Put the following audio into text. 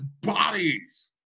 bodies